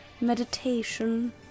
Meditation